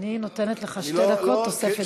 אני נותנת לך שתי דקות תוספת זמן.